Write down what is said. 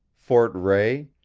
fort rae,